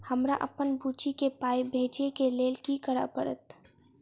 हमरा अप्पन बुची केँ पाई भेजइ केँ लेल की करऽ पड़त?